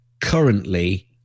currently